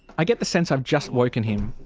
i get the sense i've just woken him.